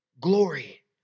glory